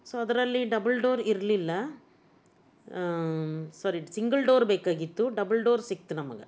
so ಅದರಲ್ಲಿ double door ಇರಲಿಲ್ಲ sorry single door ಬೇಕಾಗಿತ್ತು ಡಬಲ್ ಡೋರ್ ಸಿಕ್ತು ನಮಗೆ